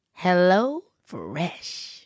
HelloFresh